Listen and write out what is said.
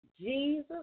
Jesus